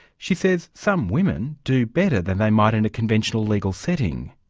she says some women do better than they might in a conventional legal setting.